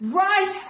right